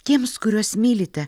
tiems kuriuos mylite